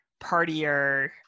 partier